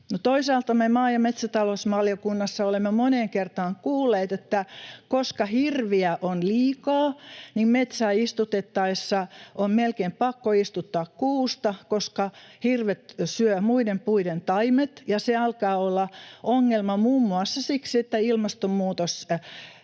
Toisaalta me maa‑ ja metsätalousvaliokunnassa olemme moneen kertaan kuulleet, että koska hirviä on liikaa, niin metsää istutettaessa on melkein pakko istuttaa kuusta, koska hirvet syövät muiden puiden taimet, ja se alkaa olla ongelma muun muassa siksi, että ilmastonmuutos